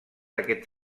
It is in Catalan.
aquest